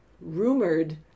rumored